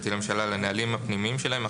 המשפטי לממשלה על הנהלים הפנימיים שלהם.